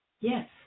Yes